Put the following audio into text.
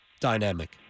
dynamic